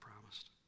promised